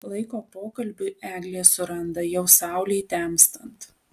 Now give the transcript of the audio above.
laiko pokalbiui eglė suranda jau saulei temstant